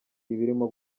ibirimo